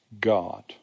God